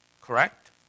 Correct